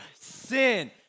Sin